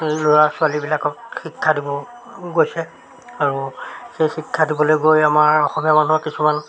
সেই ল'ৰা ছোৱালীবিলাকক শিক্ষা দিব গৈছে আৰু সেই শিক্ষা দিবলৈ গৈ আমাৰ অসমীয়া মানুহৰ কিছুমান